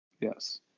Yes